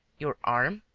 your arm.